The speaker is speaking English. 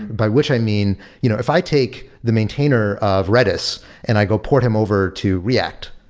by which i mean you know if i take the maintainer of redis and i go port him over to react,